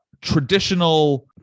traditional